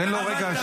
רגע.